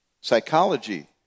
Psychology